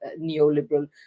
neoliberal